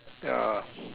ya